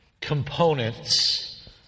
components